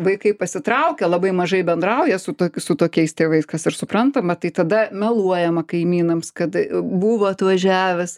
vaikai pasitraukia labai mažai bendrauja su to su tokiais tėvais kas ir suprantama tai tada meluojama kaimynams kad buvo atvažiavęs